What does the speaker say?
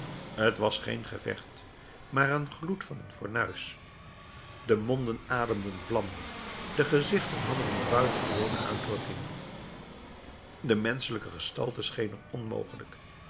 t was geen gevecht maar de gloed van een fornuis de monden ademden vlammen de gezichten hadden een buitengewone uitdrukking de menschelijke gestalte scheen er onmogelijk